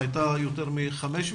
הייתה יותר מ-500,